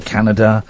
Canada